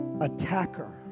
attacker